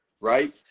right